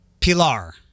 Pilar